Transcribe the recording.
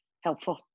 helpful